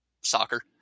soccer